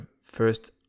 first